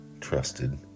trusted